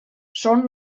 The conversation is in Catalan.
són